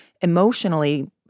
emotionally